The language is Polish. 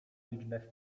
liczbę